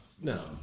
No